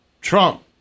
Trump